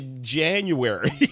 January